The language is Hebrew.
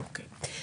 אוקיי,